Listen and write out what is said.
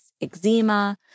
eczema